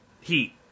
Heat